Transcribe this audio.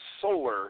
solar